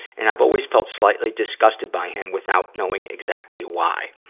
and i've always felt slightly disgusted by him without knowing exactly why. ah,